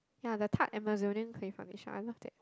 ya the Tarte Amazonian clay foundation I love that